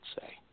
say